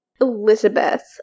Elizabeth